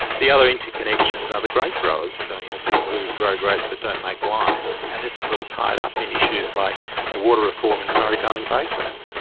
the other interconnections are the grape growers, so you know people who grow grapes but don't make wine, and this is all tied up in issues like you know water reform in the murray darling basin.